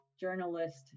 journalist